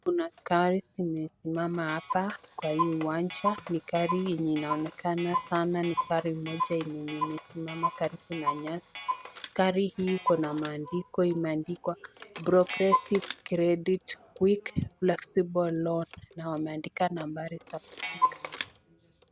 Kuna gari zimesimama hapa kwa hii uwanja, ni gari yenye inaonekana sana, ni gari moja yenye imesimama karibu na nyasi, gari hii iko na maandiko imeandikwa progressive credit, quick flexible loan na wameandika nambari za kupiga.